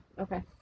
Okay